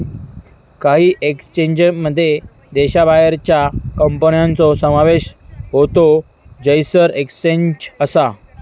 काही एक्सचेंजमध्ये देशाबाहेरच्या कंपन्यांचो समावेश होता जयसर एक्सचेंज असा